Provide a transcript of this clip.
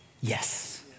yes